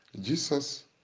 Jesus